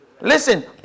Listen